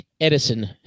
Edison